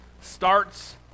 starts